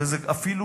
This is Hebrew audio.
זה אפילו